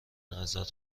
ازت